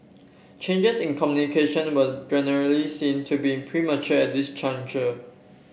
changes in communication were generally seen to be premature at this juncture